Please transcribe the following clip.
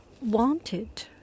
wanted